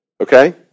Okay